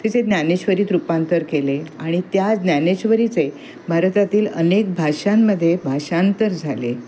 तिचे ज्ञानेश्वरीत रूपांतर केले आणि त्या ज्ञानेश्वरीचे भारतातील अनेक भाषांमध्ये भाषांतर झाले